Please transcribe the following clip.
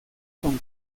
con